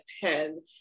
pen